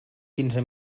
quinze